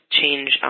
change